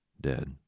Dead